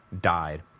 died